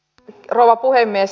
rouva puhemies